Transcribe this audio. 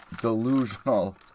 Delusional